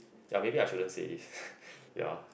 ya maybe I shouldn't say this ya